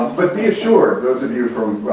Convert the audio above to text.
but be assured, those of you from,